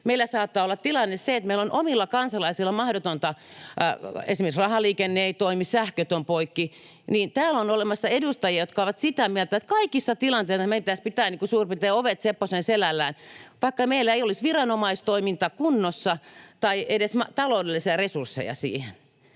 meillä saattaa olla tilanne se, että meillä on omilla kansalaisillamme mahdotonta, esimerkiksi rahaliikenne ei toimi, sähköt on poikki. Mutta täällä on olemassa edustajia, jotka ovat sitä mieltä, että kaikissa tilanteissa meidän pitäisi pitää suurin piirtein ovet sepposen selällään, vaikka meillä ei olisi viranomaistoiminta kunnossa tai edes taloudellisia resursseja siihen.